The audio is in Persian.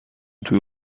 توی